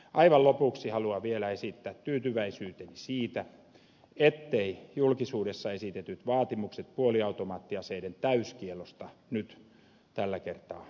aivan lopuksi haluan vielä esittää tyytyväisyyteni siitä etteivät julkisuudessa esitetyt vaatimukset puoliautomaattiaseiden täyskiellosta nyt tällä kertaa etene